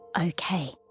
Okay